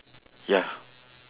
ya